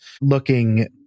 looking